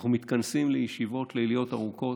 אנחנו מתכנסים לישיבות ליליות ארוכות,